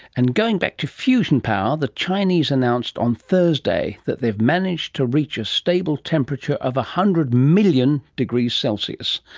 and going back to fusion power, the chinese announced on thursday that they've managed to reach a stable temperature of one hundred million degrees celsius,